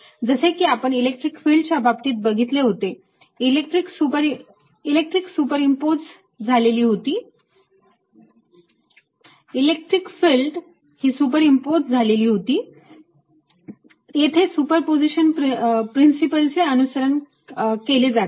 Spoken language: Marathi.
जसे की आपण इलेक्ट्रिक फिल्ड च्या बाबतीत बघितले होते इलेक्ट्रिक फिल्ड सुपरइम्पोझ झालेली होती येथे सुपरपोझिशन प्रिन्सिपलचे अनुसरण केले जाते